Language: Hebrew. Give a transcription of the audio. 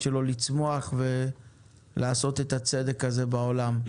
שלו לצמוח ולעשות את הצדק הזה בעולם.